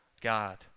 God